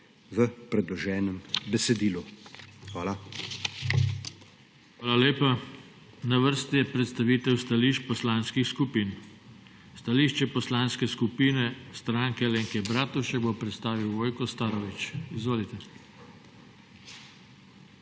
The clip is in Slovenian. v predloženem besedilu. Hvala. PODPREDSEDNIK JOŽE TANKO: Hvala lepa. Na vrsti je predstavitev stališč poslanskih skupin. Stališče Poslanske skupine Stranke Alenke Bratušek bo predstavil Vojko Starović. Izvolite.